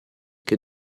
che